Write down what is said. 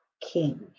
king